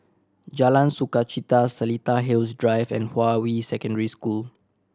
Jalan Sukachita Seletar Hills Drive and Hua Yi Secondary School